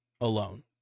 alone